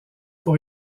pour